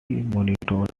monitored